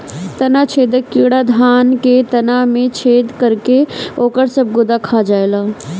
तना छेदक कीड़ा धान के तना में छेद करके ओकर सब गुदा खा जाएला